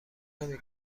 نمی